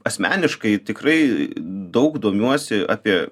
asmeniškai tikrai daug domiuosi apie